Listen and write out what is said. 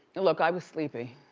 look, i was sleepy.